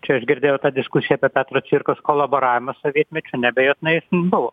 čia aš girdėjau tą diskusiją apie petro cvirkos kolaboravimą sovietmečiu neabejotinai jis ten buvo